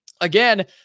again